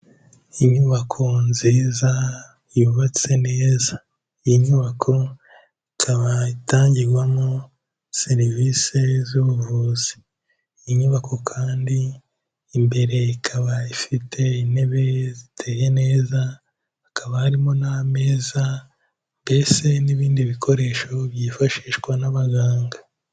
Inyubako nziza yubatse neza. Iyi nyubako ikaba itangirwamo serivisi z'ubuvuzi. Iyi nyubako kandi imbere ikaba ifite intebe ziteye neza, hakaba harimo n'ameza mbese n'ibindi bikoresho byifashishwa n'abaganga.